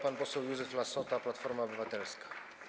Pan poseł Józef Lassota, Platforma Obywatelska.